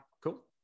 cool